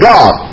God